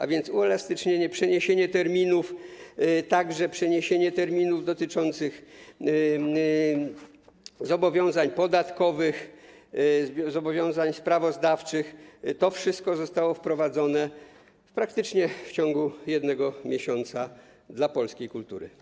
A więc uelastycznienie, przeniesienie terminów, a także przeniesienie terminów dotyczących zobowiązań podatkowych, zobowiązań sprawozdawczych - to wszystko zostało wprowadzone praktycznie w ciągu jednego miesiąca dla polskiej kultury.